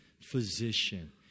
physician